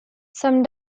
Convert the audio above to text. some